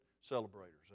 Celebrators